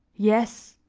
yes,